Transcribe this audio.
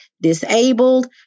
disabled